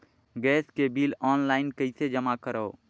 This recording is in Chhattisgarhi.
गैस के बिल ऑनलाइन कइसे जमा करव?